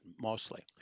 mostly